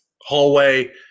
hallway